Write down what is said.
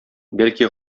бәлки